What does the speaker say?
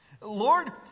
Lord